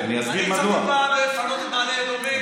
אני הצעתי פעם לפנות את מעלה אדומים?